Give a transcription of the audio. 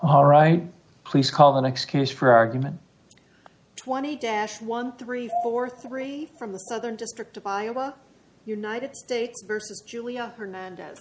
all right please call the next case for argument twenty dash thirteen for three from the southern district of iowa united states versus julio hernandez